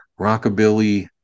rockabilly